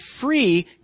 free